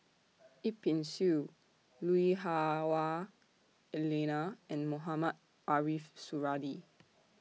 Yip Pin Xiu Lui Hah Wah Elena and Mohamed Ariff Suradi